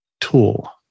tool